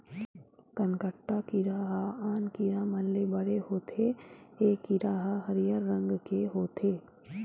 कनकट्टा कीरा ह आन कीरा मन ले बड़े होथे ए कीरा ह हरियर रंग के होथे